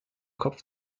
kopf